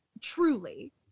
truly